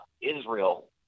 Israel